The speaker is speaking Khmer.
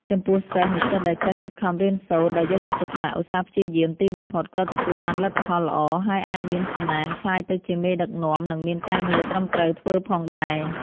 ចំពោះសិស្ស និស្សិតដែលចេះខិតខំរៀនសូត្រដោយយកចិត្តទុកដាក់ ឧស្សាហ៍ព្យាយាម ទីបំផុត ក៏ទទួលបានលទ្ធផលល្អ ហើយអាចមានសំណាងក្លាយទៅជាមេដឹកនាំនិងមានការងារត្រឹមត្រូវធ្វើផងដែរ។